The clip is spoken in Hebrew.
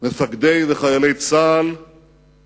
מפקדי צה"ל וחיילי צה"ל